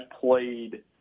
played